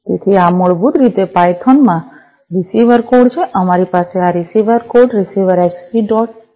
તેથી આ મૂળભૂત રીતે પાયથોન માં રીસીવર કોડ છે અમારી પાસે આ receiver code receiver XB dot p y છે